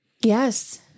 Yes